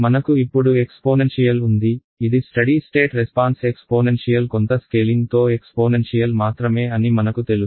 మనకు ఇప్పుడు ఎక్స్పోనెన్షియల్ ఉంది ఇది స్టడీ స్టేట్ రెస్పాన్స్ ఎక్స్పోనెన్షియల్ కొంత స్కేలింగ్తో ఎక్స్పోనెన్షియల్ మాత్రమే అని మనకు తెలుసు